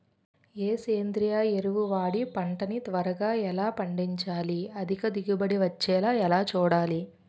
ఏ సేంద్రీయ ఎరువు వాడి పంట ని త్వరగా ఎలా పండించాలి? అధిక దిగుబడి వచ్చేలా ఎలా చూడాలి?